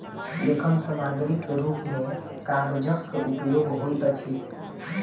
लेखन सामग्रीक रूप मे कागजक उपयोग होइत अछि